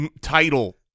title